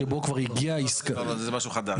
זה משהו חדש.